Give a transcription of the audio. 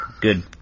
good